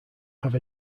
have